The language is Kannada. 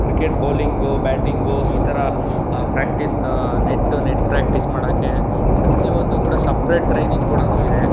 ಕ್ರಿಕೆಟ್ ಬೌಲಿಂಗು ಬ್ಯಾಟಿಂಗು ಈ ಥರ ಪ್ರಾಕ್ಟಿಸ್ ನೆಟ್ಟು ನೆಟ್ ಪ್ರಾಕ್ಟಿಸ್ ಮಾಡೋಕ್ಕೆ ಪ್ರತಿಯೊಂದು ಕೂಡ ಸಪರೇಟ್ ಟ್ರೈನಿಂಗ್ ಕೂಡ ಇದೆ